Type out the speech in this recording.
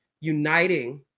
uniting